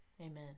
amen